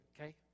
okay